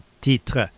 titre